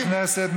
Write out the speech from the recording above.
הווילה בקיסריה.